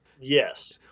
Yes